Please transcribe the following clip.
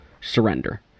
surrender